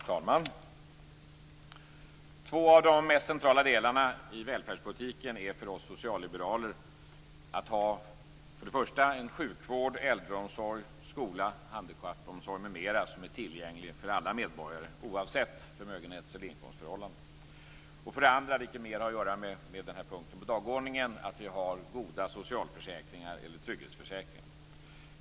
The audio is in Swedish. Fru talman! Två av de mest centrala delarna i välfärdspolitiken är för oss socialliberaler för det första att ha en sjukvård, äldreomsorg, skola, handikappomsorg, m.m. som är tillgänglig för alla medborgare, oavsett förmögenhets eller inkomstförhållanden. För det andra är det, vilket har mer att göra med den här punkten på dagordningen, att vi har goda socialförsäkringar eller trygghetsförsäkringar.